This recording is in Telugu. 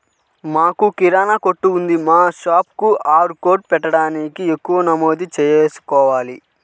మాకు కిరాణా కొట్టు ఉంది మా షాప్లో క్యూ.ఆర్ కోడ్ పెట్టడానికి ఎక్కడ నమోదు చేసుకోవాలీ?